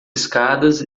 escadas